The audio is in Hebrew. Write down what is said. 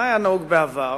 מה היה נהוג בעבר?